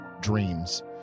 dreams